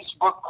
Facebook